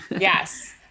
Yes